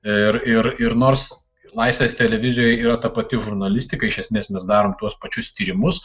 ir ir ir nors laisvės televizijoj yra ta pati žurnalistika iš esmės mes darom tuos pačius tyrimus